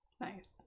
Nice